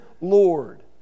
Lord